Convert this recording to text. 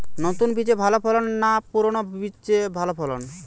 নতুন বীজে ভালো ফলন না পুরানো বীজে ভালো ফলন?